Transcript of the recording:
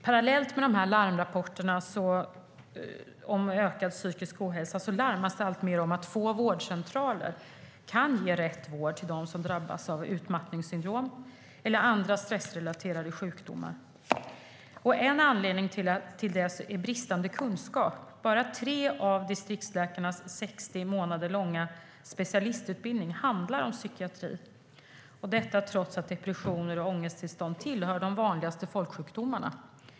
Parallellt med larmrapporterna om ökad psykisk ohälsa larmas det alltmer om att få vårdcentraler kan ge rätt vård till dem som drabbas av utmattningssyndrom eller andra stressrelaterade sjukdomar. En anledning till detta är bristande kunskap. Bara 3 av distriktsläkarnas 60 månader långa specialistutbildning handlar om psykiatri. Detta trots att depression och ångesttillstånd hör till de vanligaste folksjukdomarna.